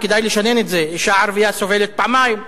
וכדאי לשנן את זה: אשה ערבייה סובלת פעמיים,